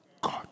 God